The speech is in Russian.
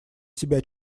себя